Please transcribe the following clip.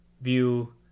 view